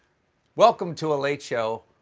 welcome to a late show.